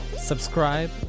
subscribe